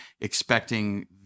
expecting